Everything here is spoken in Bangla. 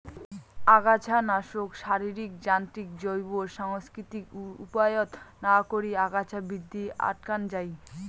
আগাছানাশক, শারীরিক, যান্ত্রিক, জৈব, সাংস্কৃতিক উপায়ত না করি আগাছা বৃদ্ধি আটকান যাই